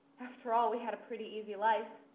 after all, we had a pretty easy life.